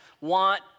want